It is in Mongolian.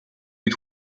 үед